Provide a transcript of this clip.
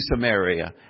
Samaria